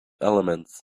elements